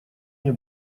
мне